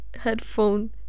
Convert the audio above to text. Headphone